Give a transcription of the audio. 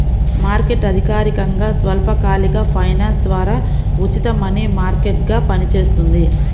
market అధికారికంగా స్వల్పకాలిక finance ద్వారా ఉచిత మనీ మార్కెట్గా పనిచేస్తుంది